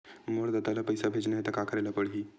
मोर ददा ल पईसा भेजना हे त का करे ल पड़हि?